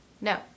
no